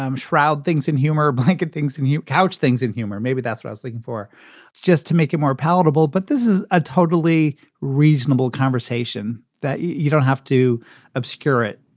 um shroud things in humor. blanket things and you couch things in humor. maybe that's wrestling for just to make it more palatable. but this is a totally reasonable conversation that you don't have to obscure it.